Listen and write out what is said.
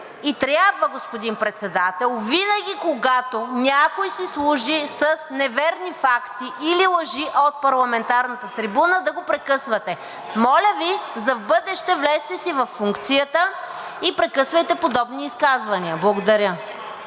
и трябва, господин Председател, винаги, когато някой си служи с неверни факти или лъжи от парламентарната трибуна, да го прекъсвате. Моля Ви, в бъдеще влезте си във функцията и прекъсвайте подобни изказвания. Благодаря.